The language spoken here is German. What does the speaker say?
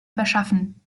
verschaffen